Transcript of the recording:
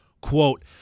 quote